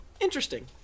Interesting